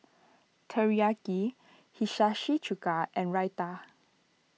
Teriyaki Chuka and Raita